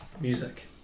music